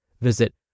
Visit